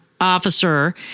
officer